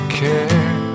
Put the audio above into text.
care